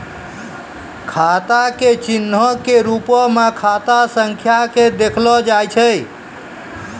खाता के चिन्हो के रुपो मे खाता संख्या के देखलो जाय छै